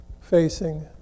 facing